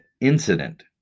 incident